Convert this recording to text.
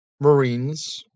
Marines